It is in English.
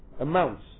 amounts